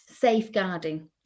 safeguarding